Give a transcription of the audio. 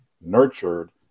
nurtured